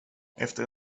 efter